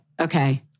Okay